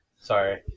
sorry